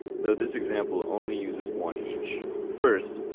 though this example only uses one each. first,